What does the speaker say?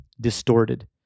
distorted